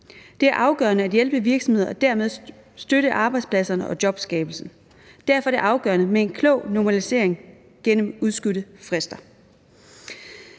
Det er afgørende at hjælpe virksomhederne og dermed støtte arbejdspladserne og jobskabelsen. Derfor er det afgørende med en klog normalisering gennem udskudte frister.